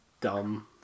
Dumb